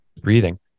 breathing